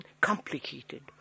complicated